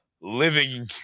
living